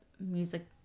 music